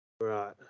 Right